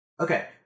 Okay